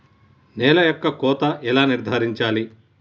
నేల యొక్క కోత ఎలా నిర్ధారించాలి?